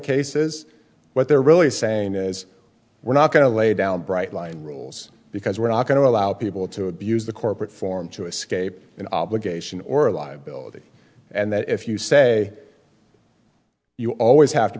cases what they're really saying is we're not going to lay down bright line rules because we're not going to allow people to abuse the corporate form to escape an obligation or a liability and that if you say you always have to